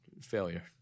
failure